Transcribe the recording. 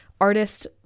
artist